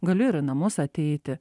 galiu ir į namus ateiti